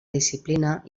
disciplina